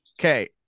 Okay